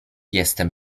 jestem